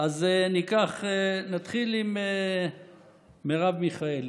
נתחיל עם מרב מיכאלי,